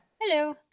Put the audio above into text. hello